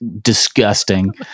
disgusting